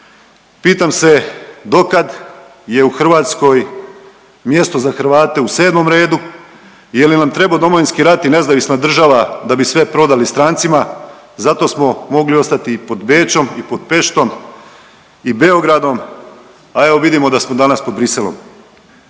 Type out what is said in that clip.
Pitam se dokad je u Hrvatskoj mjesto za Hrvate u 7. redu i je li nam trebao Domovinski rat i nezavisna država da bi sve prodali strancima, zato smo mogli ostati i pod Bečom i pod Peštom i Beogradom, a evo vidimo da smo danas pod Bruxellesom.